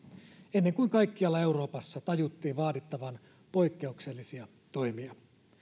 ennen kuin kaikkialla euroopassa tajuttiin vaadittavan poikkeuksellisia toimia